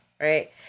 right